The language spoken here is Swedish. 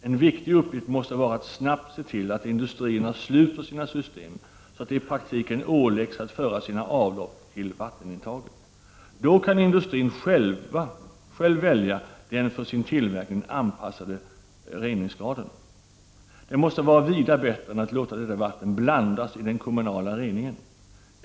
En viktig uppgift måste vara att snabbt se till att industrierna sluter sina system, så att de i praktiken åläggs att föra sina avlopp till vattenintaget. Då kan industrin själv välja den för sin tillverkning anpassade reningsgraden. Det måste vara vida bättre än att låta detta vatten blandas i den kommunala reningen.